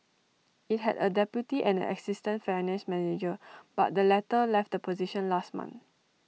IT had A deputy and an assistant finance manager but the latter left the position last month